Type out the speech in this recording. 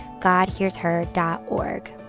GodHearsHer.org